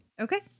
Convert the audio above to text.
okay